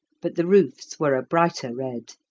but the roofs were a brighter red.